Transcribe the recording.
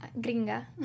gringa